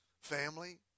family